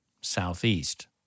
Southeast